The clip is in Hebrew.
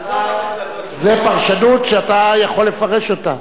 זו פרשנות שאתה יכול לפרש אותה,